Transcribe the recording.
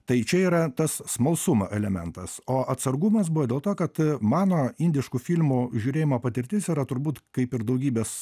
tai čia yra tas smalsumo elementas o atsargumas buvo dėl to kad mano indiškų filmų žiūrėjimo patirtis yra turbūt kaip ir daugybės